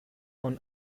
von